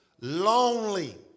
lonely